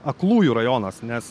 aklųjų rajonas nes